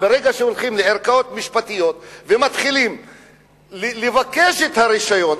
ברגע שהולכים לערכאות משפטיות ומתחילים לבקש את הרשיון,